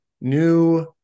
New